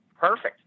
perfect